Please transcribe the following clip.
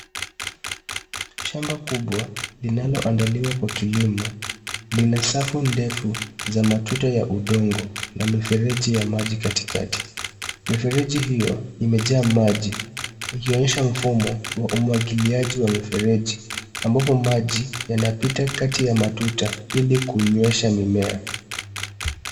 Shamba kubwa linaloandaliwa kwa kilimo lina safu ndefu za matuta ya udongo na mifereji ya maji katikati. Mifereji hiyo imejaa maji, ikionyesha mfumo wa umwagilia wa mifereji, ambapo maji yanapita kati ya matuta ili kunywesha mimea.